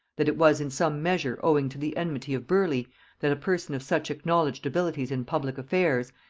that it was in some measure owing to the enmity of burleigh that a person of such acknowledged abilities in public affairs,